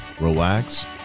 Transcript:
relax